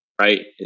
right